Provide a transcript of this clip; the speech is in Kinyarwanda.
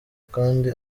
kandi